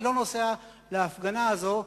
אני לא נוסע להפגנה הזו.